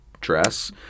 dress